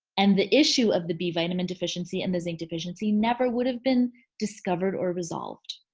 and the issue of the b vitamin deficiency and the zinc deficiency never would have been discovered or resolved.